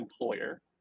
employer